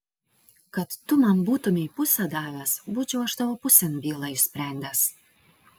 kad tu man būtumei pusę davęs būčiau aš tavo pusėn bylą išsprendęs